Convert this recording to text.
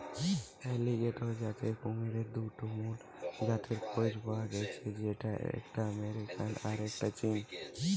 alligator জাতের কুমিরের দুটা মুল জাতের খোঁজ পায়া গ্যাছে যেটার একটা আমেরিকান আর একটা চীনা